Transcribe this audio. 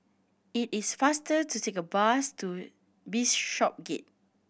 it is faster to take the bus to Bishopsgate